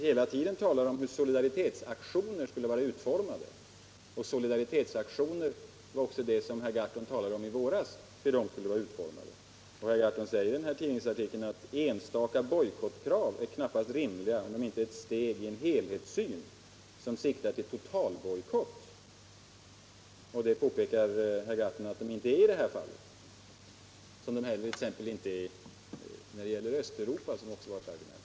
Hela tiden talas det om hur solidaritetsaktioner skall vara utformade, och även i våras talade herr Gahrton om utformningen av solidaritetsaktioner. I tidningsartikeln skrev herr Gahrton att enstaka bojkottkrav knappast är rimliga, om de inte utgör en del av en helhetssyn som siktar till totalbojkott. Herr Gahrton påpekade att kraven i detta sammanhang inte är dessa. Och det är de inte heller när det t.ex. gäller Östeuropa, som också det var ett argument.